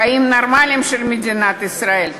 חיים נורמליים של מדינת ישראל.